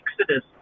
Exodus